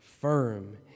firm